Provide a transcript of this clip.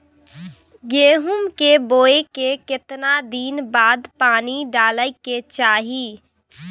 गेहूं के बोय के केतना दिन बाद पानी डालय के चाही?